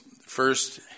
first